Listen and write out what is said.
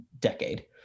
decade